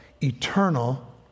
eternal